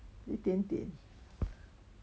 一点点